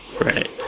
right